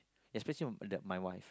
especially the my wife